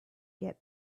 get